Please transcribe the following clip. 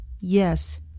yes